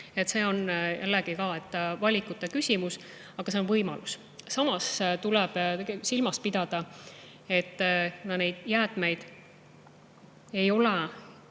See on jällegi valikute küsimus, aga see on võimalus. Samas tuleb silmas pidada, et neid jäätmeid ei ole